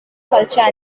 culture